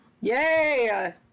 Yay